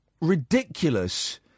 ridiculous